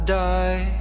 die